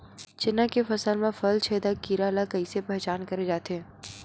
चना के फसल म फल छेदक कीरा ल कइसे पहचान करे जाथे?